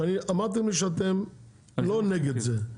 שאמרתם לי שאתם לא נגד זה.